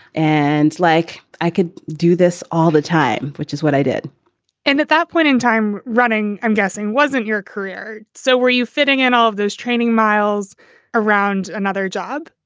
and like, i could do this all the time, which is what i did and at that point in time, running, i'm guessing, wasn't your career. so were you fitting in all of those training miles around another job?